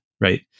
right